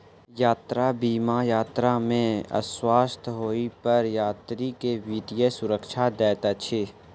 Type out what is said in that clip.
यात्रा बीमा यात्रा में अस्वस्थ होइ पर यात्री के वित्तीय सुरक्षा दैत अछि